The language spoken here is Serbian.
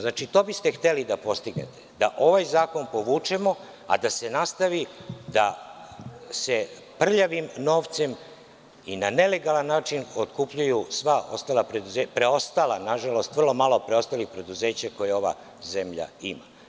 Znači, to biste hteli da postignete, da ovaj zakon povučemo, a da se nastavi da se prljavim novcem i na nelegalan način otkupljuju sva preostala, nažalost, vrlo malo preostalih, preduzeća koja ova zemlja ima.